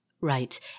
Right